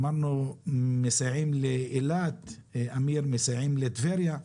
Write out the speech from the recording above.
אמרנו: מסייעים לאילת, מסייעים לטבריה.